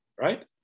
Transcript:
right